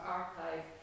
archive